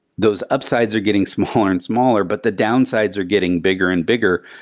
those upsides are getting smaller and smaller, but the downsides are getting bigger and bigger.